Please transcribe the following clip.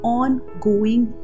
ongoing